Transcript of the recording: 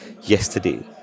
yesterday